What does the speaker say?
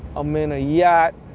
i'm in a yacht,